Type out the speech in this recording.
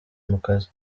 mukazi